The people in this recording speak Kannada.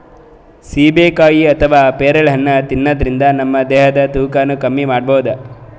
ಸೀಬೆಕಾಯಿ ಅಥವಾ ಪೇರಳೆ ಹಣ್ಣ್ ತಿನ್ನದ್ರಿನ್ದ ನಮ್ ದೇಹದ್ದ್ ತೂಕಾನು ಕಮ್ಮಿ ಮಾಡ್ಕೊಬಹುದ್